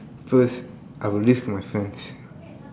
first I will leave my friends